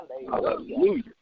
Hallelujah